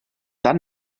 dann